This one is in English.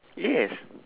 yes